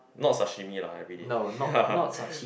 not sashimi lah everyday ya